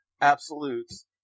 absolutes